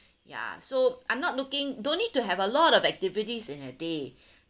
ya so I'm not looking don't need to have a lot of activities in a day